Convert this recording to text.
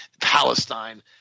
Palestine